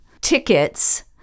tickets